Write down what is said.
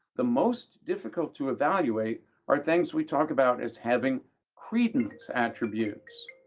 the most difficult to evaluate are things we talk about as having credence attributes.